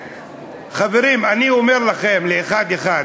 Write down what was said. חברים, אני אומר לכם, אחד-אחד.